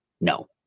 No